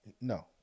No